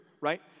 right